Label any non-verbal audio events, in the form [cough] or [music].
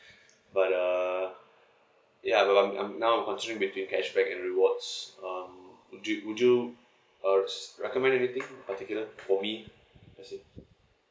[breath] but uh ya because I'm I'm now I'm considering between cashback and rewards um would you would you uh recommend anything in particular for me that's it